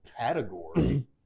category